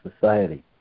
Society